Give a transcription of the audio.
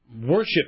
worship